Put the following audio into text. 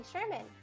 Sherman